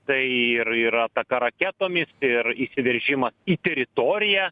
tai ir ir ataka raketomis ir įsiveržimas į teritoriją